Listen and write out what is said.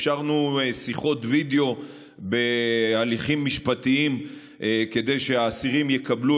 אפשרנו שיחות וידיאו בהליכים משפטיים כדי שהאסירים יקבלו